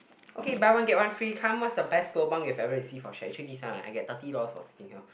okay buy one get one free come what's the best lobang you have ever received for share actually this one I get thirty dollars for sitting here